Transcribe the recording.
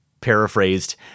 paraphrased